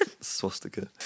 Swastika